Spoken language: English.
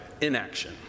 inaction